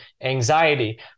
anxiety